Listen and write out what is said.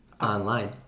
online